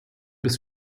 bis